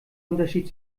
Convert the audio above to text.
unterschied